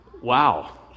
wow